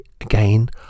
again